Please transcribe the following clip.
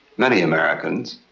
many americans,